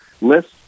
list